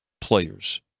players